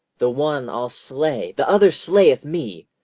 the one i'll slay, the other slayeth me.